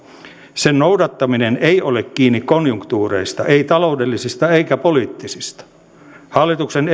sen noudattaminen ei ole kiinni konjunktuureista ei taloudellisista eikä poliittisista hallituksen